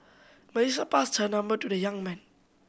Melissa passed her number to the young man